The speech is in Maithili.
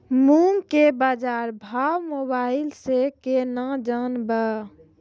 मूंग के बाजार भाव मोबाइल से के ना जान ब?